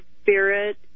spirit